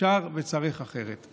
אפשר וצריך אחרת.